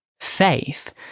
faith